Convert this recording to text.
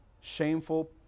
shameful